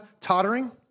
tottering